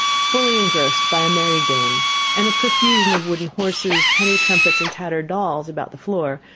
fully engrossed by a merry game and a profusion of wooden horses, penny trumpets, and tattered dolls, about the floor,